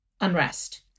unrest